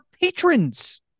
patrons